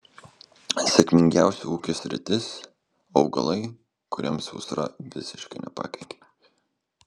sėkmingiausia ūkio sritis augalai kuriems sausra visiškai nepakenkė